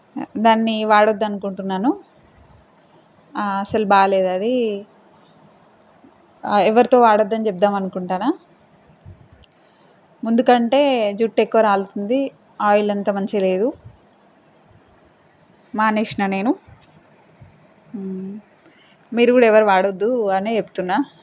దాన్ని వాడొద్దు అనుకుంటున్నాను అస్సలు బాలేదు అది ఎవరితో వాడొద్దని చెప్దాం అనుకుంటున్నా ముందుకంటే జుట్టు ఎక్కువ రాలుతుంది ఆయిల్ అంత మంచిగా లేదు మానేసిన నేను మీరు కూడా ఎవరు వాడొద్దు అనే చెప్తున్నా